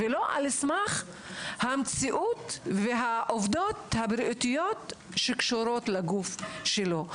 ולא על סמך המציאות והעובדות הבריאותיות והגופניות שלו.